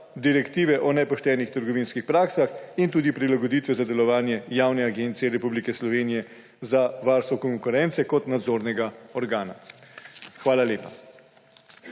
direktive o nepoštenih trgovinskih praksah in tudi prilagoditve za delovanje Javne agencije Republike Slovenije za varstvo konkurence kot nadzornega organa. Hvala lepa.